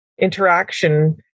interaction